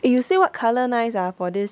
eh you say what colour nice ah for this